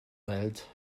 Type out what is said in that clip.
welt